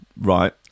Right